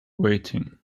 waiting